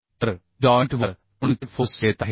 तर जॉइंट वर कोणते फोर्स येत आहेत